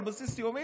על בסיס יומי.